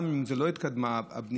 גם אם לא התקדמה הבנייה,